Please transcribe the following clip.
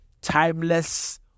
timeless